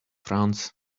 france